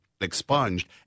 expunged